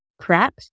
crap